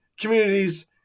communities